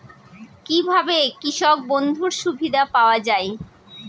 কি ভাবে কৃষক বন্ধুর সুবিধা পাওয়া য়ায়?